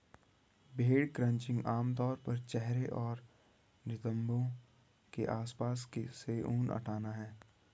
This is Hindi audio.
भेड़ क्रचिंग आम तौर पर चेहरे और नितंबों के आसपास से ऊन हटाना है